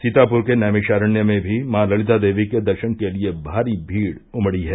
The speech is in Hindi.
सीतापुर के नैमिषारण्य में भी माँ ललिता देवी के दर्शन के लिए भारी भीड़ उमड़ी है